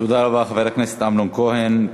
תודה רבה, חבר הכנסת אמנון כהן.